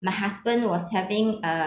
my husband was having a